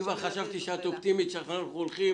כבר חשבתי שאת אופטימית שעכשיו אנחנו הולכים